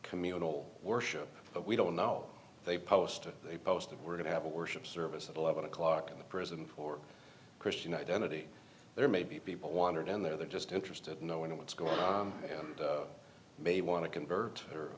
communal worship but we don't know they posted they posted we're going to have a worship service at eleven o'clock the president or christian identity there may be people wandered in there they're just interested in knowing what's going on they want to convert